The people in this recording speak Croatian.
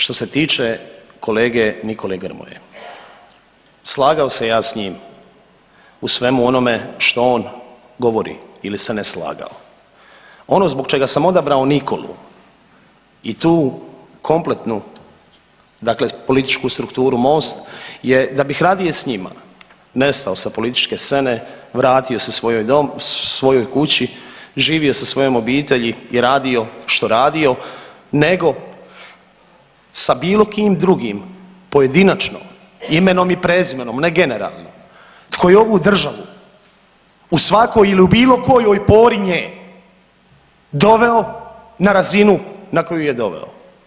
Što se tiče kolege Nikole Grmoje, slagao se ja s njim u svemu onome što on govori ili se ne slagao, ono zbog čega sam odabrao Nikolu i tu kompletnu dakle političku strukturu Most je da bih radnije s njima nestao sa političke scene, vratio se svojoj kući, živio sa svojom obitelji i radio što radio nego sa bilo kim drugim pojedinačno imenom i prezimenom ne generalno tko je ovu državu u svakoj ili bilo kojoj pori nje doveo na razinu na koju je doveo.